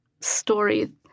story